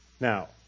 Now